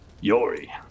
Yori